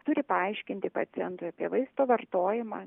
turi paaiškinti pacientui apie vaisto vartojimą